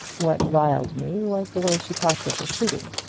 what riled me was the way she talked of the shooting.